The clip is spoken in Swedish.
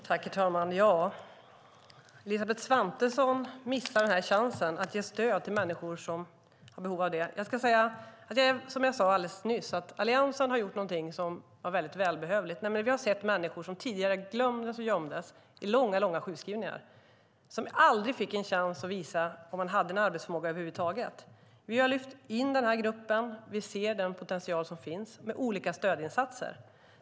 Herr talman! Eva-Lena Jansson sade att Elisabeth Svantesson missar chansen att ge stöd till människor som är i behov av det. Som jag sade alldeles nyss har Alliansen gjort någonting som var välbehövligt. De människor som tidigare glömdes och gömdes i långa sjukskrivningar fick aldrig en chans att visa att de hade en arbetsförmåga över huvud taget. Vi har lyft in den här gruppen. Vi ser den potential som finns med olika stödinsatser.